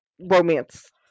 romance